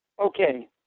Okay